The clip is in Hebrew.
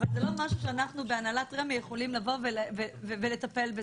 אבל זה לא משהו שאנחנו בהנהלת רמ"י יכולים לטפל בזה,